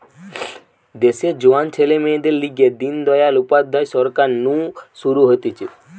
দেশের জোয়ান ছেলে মেয়েদের লিগে দিন দয়াল উপাধ্যায় সরকার নু শুরু হতিছে